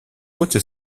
voce